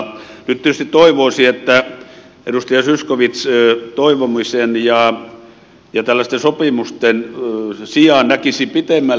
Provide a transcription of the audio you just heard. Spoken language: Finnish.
nyt tietysti toivoisi että edustaja zyskowicz toivomisen ja tällaisten sopimusten sijaan näkisi pitemmälle